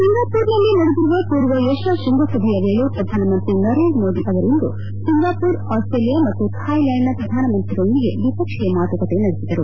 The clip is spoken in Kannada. ಸಿಂಗಾಪುರ್ ನಲ್ಲಿ ನಡೆದಿರುವ ಪೂರ್ವ ಏಷ್ಯಾ ಶೃಂಗಸಭೆಯ ವೇಳೆ ಪ್ರಧಾನಮಂತ್ರಿ ನರೇಂದ್ರ ಮೋದಿ ಅವರಿಂದು ಸಿಂಗಾಪುರ್ ಆಸ್ಲೇಲಿಯಾ ಮತ್ತು ಥಾಯ್ ಲ್ಲಾಂಡ್ನ ಪ್ರಧಾನಮಂತ್ರಿಗಳೊಂದಿಗೆ ದ್ವಿಪಕ್ಷೀಯ ಮಾತುಕತೆ ನಡೆಸಿದರು